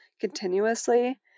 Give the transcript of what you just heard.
continuously